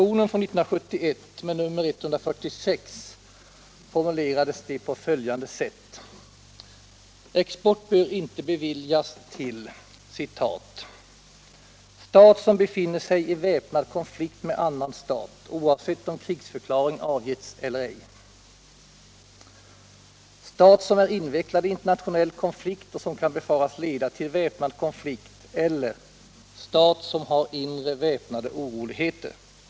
”stat som befinner sig i väpnad konflikt med annan stat, oavsett om krigsförklaring avgetts eller ej, stat som är invecklad i internationell konflikt som kan befaras leda till väpnad konflikt, eller stat som har inre väpnade oroligheter”.